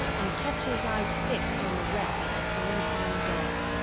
and kept his eyes fixed on the wreck of the flanton dog.